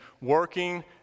working